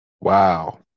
Wow